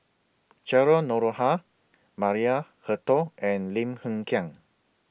Cheryl Noronha Maria Hertogh and Lim Hng Kiang